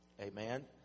Amen